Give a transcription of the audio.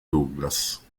douglas